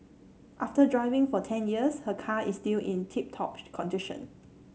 after driving for ten years her car is still in tip top condition